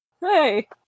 Hey